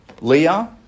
Leah